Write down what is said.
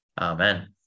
Amen